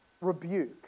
rebuke